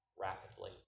rapidly